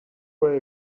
were